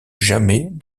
jamais